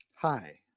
Hi